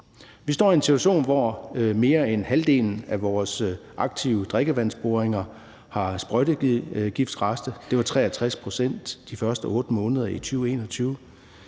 Vi står i en situation, hvor mere end halvdelen af vores aktive drikkevandsboringer har sprøjtegiftrester. Det var 63 pct. de første 8 måneder af 2021.